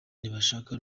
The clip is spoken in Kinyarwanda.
ntibashaka